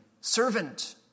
servant